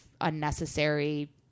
unnecessary